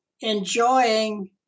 enjoying